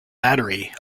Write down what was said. battery